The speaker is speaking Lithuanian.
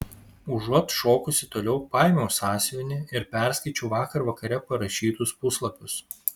užuot šokusi toliau paėmiau sąsiuvinį ir perskaičiau vakar vakare parašytus puslapius